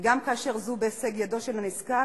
וגם כאשר זו בהישג ידו של הנזקק,